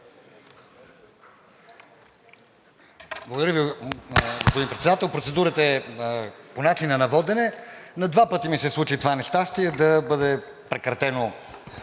Благодаря Ви, господин Председател. Процедурата е по начина на водене. На два пъти ми се случи това нещастие да бъде прекратено